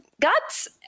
guts